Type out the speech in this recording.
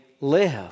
live